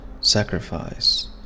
sacrifice